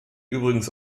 übrigens